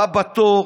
לבא בתור